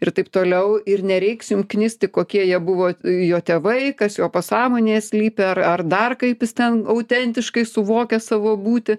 ir taip toliau ir nereiks jum knisti kokie jie buvo jo tėvai kas jo pasąmonėje slypi ar ar dar kaip jis ten autentiškai suvokia savo būtį